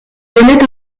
venaient